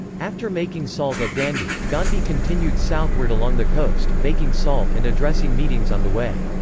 after making salt at dandi, gandhi continued southward along the coast, making salt and addressing meetings on the way.